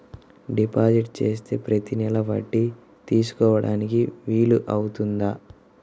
Deposit చేస్తే ప్రతి నెల వడ్డీ తీసుకోవడానికి వీలు అవుతుందా?